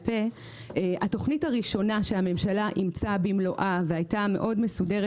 התוכנית הראשונה שהממשלה אימצה במלואה והייתה מאוד מסודרת,